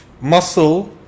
muscle